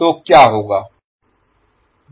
तो क्या होगा